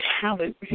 talent